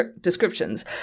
descriptions